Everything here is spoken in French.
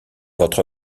votre